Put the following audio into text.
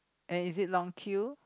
uh is it long queue